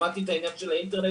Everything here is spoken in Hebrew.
שמעתי את העניין של האינטרנט,